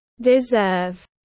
deserve